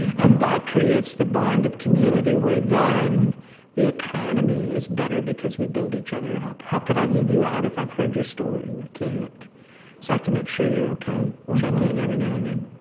and that creates the bond of community where then the economy is better because we build each other up. how could i leave you out if i've heard your story? i can't. so i have to make sure you're ok. check in every now and then